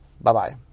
Bye-bye